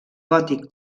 gòtic